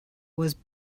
was